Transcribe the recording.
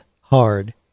hard